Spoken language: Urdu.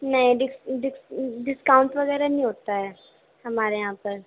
نہیں ڈسکاؤنٹ وغیرہ نہیں ہوتا ہے ہمارے یہاں پر